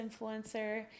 influencer